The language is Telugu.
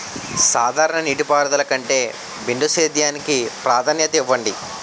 సాధారణ నీటిపారుదల కంటే బిందు సేద్యానికి ప్రాధాన్యత ఇవ్వండి